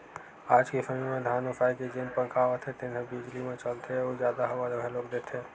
आज के समे म धान ओसाए के जेन पंखा आवत हे तेन ह बिजली म चलथे अउ जादा हवा घलोक देथे